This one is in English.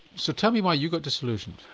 so tell me why you got disillusioned?